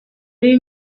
ari